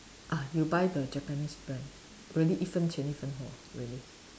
ah you buy the Japanese brand really 一分钱一分货 really